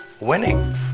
Winning